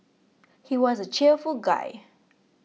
he was a cheerful guy